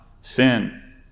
sin